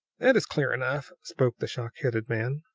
that is clear enough, spoke the shock-headed man.